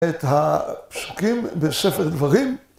‫את הפסוקים בספר דברים.